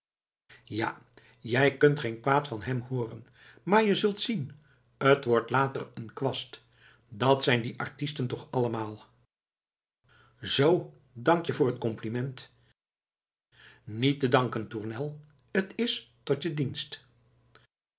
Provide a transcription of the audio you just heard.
ja jij kunt geen kwaad van hem hooren maar je zult zien t wordt later een kwast dat zijn die artisten toch allemaal zoo dank je voor het compliment niet te danken tournel t is tot je dienst